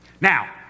Now